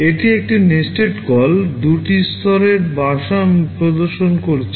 এটি একটি nested call দুটি স্তরের বাসা আমি প্রদর্শন করছি